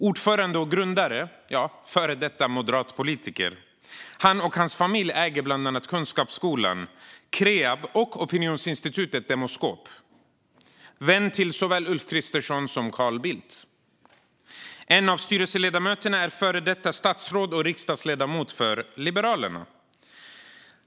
Ordföranden och grundare är före detta moderatpolitiker. Han och hans familj äger bland annat Kunskapsskolan, Kreab och opinionsinstitutet Demoskop. Han är vän med såväl Ulf Kristersson som Carl Bildt. En av styrelseledamöterna är före detta statsråd och riksdagsledamot för Liberalerna.